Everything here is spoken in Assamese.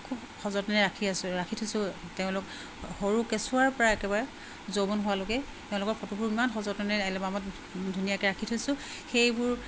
খুব সযতনে ৰাখি আছো ৰাখি থৈছোঁ তেওঁলোক সৰু কেঁচুৱাৰ পৰা একেবাৰে যৌবন হোৱালৈকে তেওঁলোকৰ ফটোবোৰ ইমান সযতনে এলবামত ধুনীয়াকৈ ৰাখি থৈছোঁ সেইবোৰ